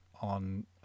on